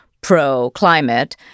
pro-climate